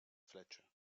fletcher